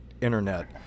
internet